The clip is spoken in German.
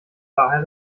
daher